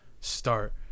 start